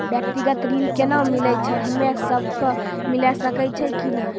व्यक्तिगत ऋण केना मिलै छै, हम्मे सब कऽ मिल सकै छै कि नै?